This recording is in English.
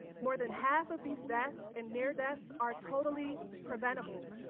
more than half of these deaths and near deaths are totally preventible.